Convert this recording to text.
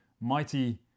mighty